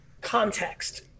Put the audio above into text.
Context